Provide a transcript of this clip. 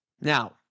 Now